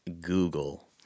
Google